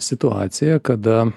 situaciją kada